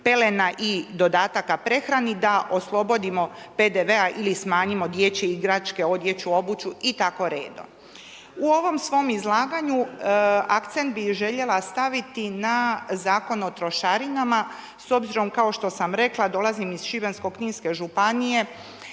pelena i dodataka prehrani da oslobodimo PDV-a ili smanjimo dječje igračke, odjeću, obuću i tako redom. U ovom svom izlaganju akcent bih željela staviti na Zakon o trošarinama s obzirom kao što sam rekla, dolazim iz Šibensko—ninske županije